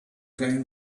trying